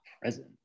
present